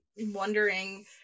wondering